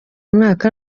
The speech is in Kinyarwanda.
mwaka